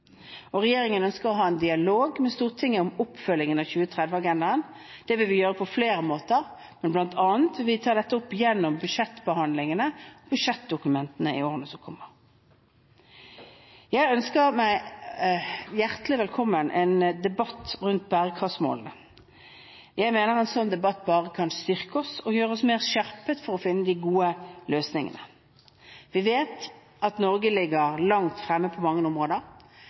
Regjeringen ønsker å ha en dialog med Stortinget om oppfølgingen av 2030-agendaen. Det vil vi gjøre på flere måter, men bl.a. vil vi ta dette opp gjennom budsjettbehandlingene og budsjettdokumentene i årene som kommer. Jeg ønsker en debatt om bærekraftsmålene hjertelig velkommen. Jeg mener en sånn debatt bare kan styrke oss og gjøre oss mer skjerpet for å finne de gode løsningene. Vi vet at Norge ligger langt fremme på mange områder,